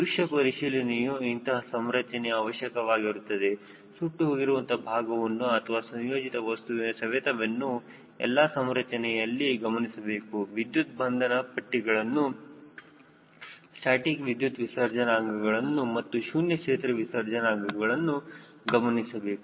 ದೃಶ್ಯ ಪರಿಶೀಲನೆಯೂ ಇಂತಹ ಸಂರಚನೆಗೆ ಅವಶ್ಯಕವಾಗಿರುತ್ತದೆ ಸುಟ್ಟು ಹೋಗಿರುವಂತಹ ಭಾಗವನ್ನು ಅಥವಾ ಸಂಯೋಜಿತ ವಸ್ತುವಿನ ಸವೆತವನ್ನು ಎಲ್ಲಾ ಸಂರಚನೆಯಲ್ಲಿ ಗಮನಿಸಬೇಕು ವಿದ್ಯುತ್ ಬಂಧನದ ಪಟ್ಟಿಗಳನ್ನು ಸ್ಟಾಸ್ಟಿಕ್ ವಿದ್ಯುತ್ ವಿಸರ್ಜನಾ ಅಂಗಗಳನ್ನು ಮತ್ತು ಶೂನ್ಯ ಕ್ಷೇತ್ರ ವಿಸರ್ಜನಾ ಅಂಗಗಳನ್ನು ಗಮನಿಸಬೇಕು